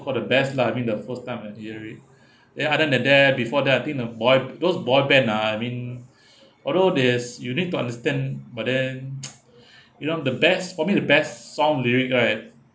called the best lah I mean the first time I did hear it then other than that before that I think uh boy those boy band ah I mean although there's you need to understand but then you know the best for me the best song lyric right